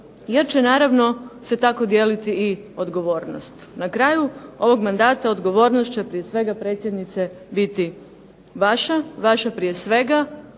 jer će naravno se tako dijeliti i odgovornost. Na kraju ovog mandata odgovornost će prije svega predsjednice biti vaša, vaša prije svega,